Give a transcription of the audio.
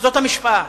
זו המשוואה,